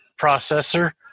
processor